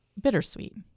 Bittersweet